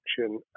action